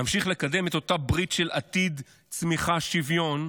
נמשיך לקדם את אותה ברית של עתיד, צמיחה ושוויון,